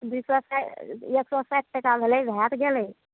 दू सए साठि एक सए साठि टका भेलै भए तऽ गेलै